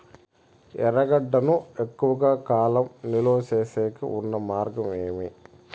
ఎర్రగడ్డ ను ఎక్కువగా కాలం నిలువ సేసేకి ఉన్న మార్గం ఏమి?